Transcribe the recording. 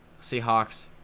Seahawks